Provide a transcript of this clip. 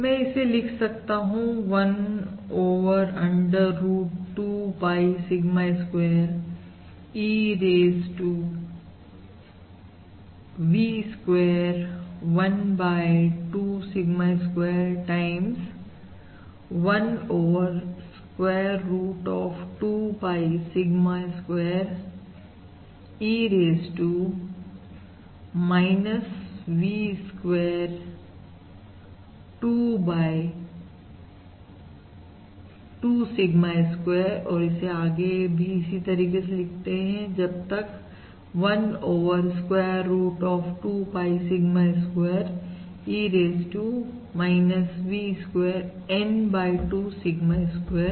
मैं इसे लिख सकता हूं 1 over under root 2 pi sigma square E raise 2 V square 1 by 2 sigma square times 1 over square root of 2 pi sigma square E raise to V square 2 by 2 sigma square और आगे भी इसी तरह जब तक 1 over square root of 2 pi sigma square E raise to V square N by 2 sigma square